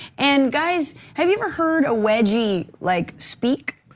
and guys, have you ever heard a wedgie like speak?